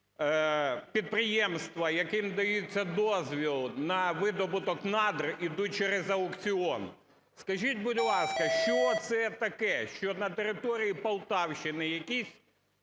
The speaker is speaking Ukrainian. підприємства, яким дається дозвіл на видобуток надр, ідуть через аукціон. Скажіть, будь ласка, що це таке, що на території Полтавщини якомусь